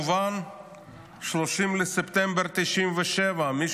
30 בספטמבר 1997, כמובן.